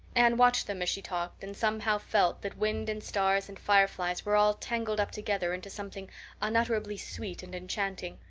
anne watched them as she talked and somehow felt that wind and stars and fireflies were all tangled up together into something unutterably sweet and enchanting.